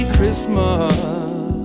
Christmas